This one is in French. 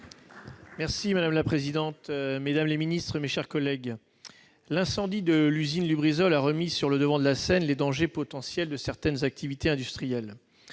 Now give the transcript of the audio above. Madame la présidente, mesdames les ministres, mes chers collègues, l'incendie de l'usine Lubrizol a remis sur le devant de la scène les dangers potentiels de certaines activités industrielles.